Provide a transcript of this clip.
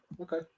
okay